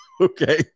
okay